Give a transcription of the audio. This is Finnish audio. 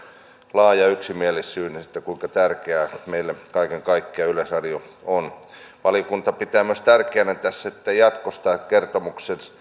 laaja yksimielisyys siitä kuinka tärkeä meille kaiken kaikkiaan yleisradio on valiokunta pitää tässä tärkeänä myös sitä että jatkossa kertomukset